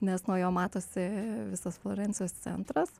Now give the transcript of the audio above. nes nuo jo matosi visas florencijos centras